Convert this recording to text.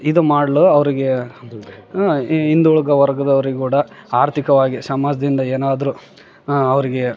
ಇದು ಮಾಡಲು ಅವರಿಗೆ ಈ ಹಿಂದುಳ್ದ ವರ್ಗದವ್ರಿಗೆ ಕೂಡ ಆರ್ಥಿಕವಾಗಿ ಸಮಾಜದಿಂದ ಏನಾದರು ಅವರಿಗೆ